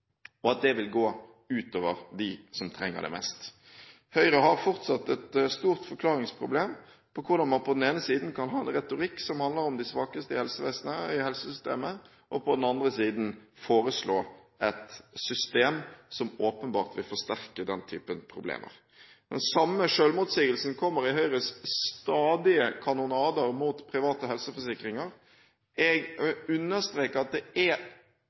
og at det vil gå ut over dem som trenger det mest. Høyre har fortsatt et stort forklaringsproblem med hensyn til hvordan man på den ene siden kan ha en retorikk som handler om de svakeste i helsesystemet, og på den andre siden foreslår et system som åpenbart vil forsterke den typen problemer. Den samme selvmotsigelsen kommer i Høyres stadige kanonader mot private helseforsikringer. Jeg understreker at det er